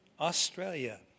Australia